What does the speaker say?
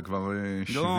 זה כבר 74 שנים,